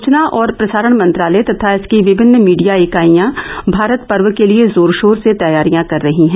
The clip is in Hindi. सूचना और प्रसारण मंत्रालय तथा इसकी विभिन्न मीडिया इकाईयां भारत पर्व के लिए जोर शोर से तैयारियां कर रही हैं